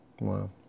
wow